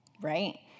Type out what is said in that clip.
right